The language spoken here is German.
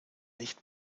nicht